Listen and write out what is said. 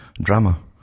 drama